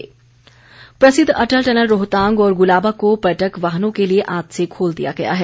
अटल tunnel प्रसिद्ध Atal tunnel Rohtang और गुलाबा को पर्यटक वाहनों के लिए आज से खोल दिया गया है